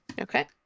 Okay